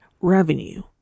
Revenue